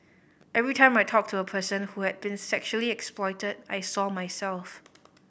every time I talked to a person who had been sexually exploited I saw myself